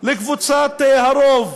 רק לקבוצת הרוב,